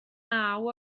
naw